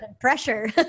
pressure